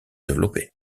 développées